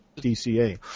DCA